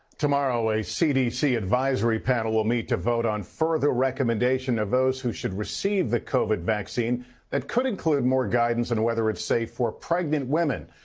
tomorrow a cdc advisory panel will meet to vote on further recommendation of those who should receive the covid vaccine that could include more guidance on whether it's safe for pregnant women.